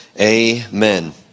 Amen